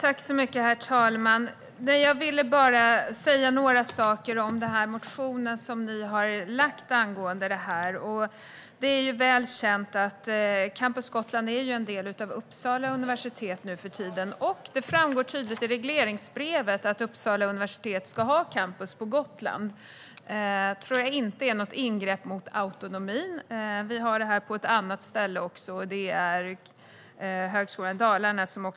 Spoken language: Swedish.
Herr talman! Jag ville bara säga några saker om den motion ni har väckt angående detta, Annika Lillemets. Det är väl känt att Campus Gotland nuförtiden är en del av Uppsala universitet, och det framgår tydligt i regleringsbrevet att Uppsala universitet ska ha campus på Gotland. Det tror jag inte är något ingrepp i autonomin. Vi har detta på ett annat ställe också - på Högskolan Dalarna, som ska ha ett campus även i Borlänge.